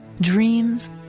dreams